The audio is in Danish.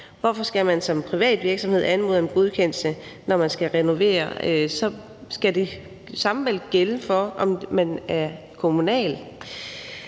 Hvorfor skal man som privat virksomhed anmode om godkendelse, når man skal renovere? Så skal det samme vel gælde, hvis man er kommunal.